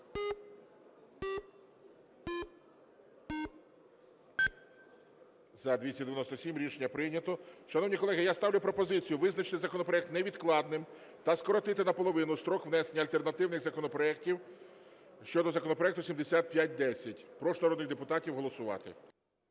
За-297 Рішення прийнято. Шановні колеги, я ставлю пропозицію визначити законопроект невідкладним та скоротити наполовину строк внесення альтернативних законопроектів щодо законопроекту 7510. Прошу народних депутатів голосувати.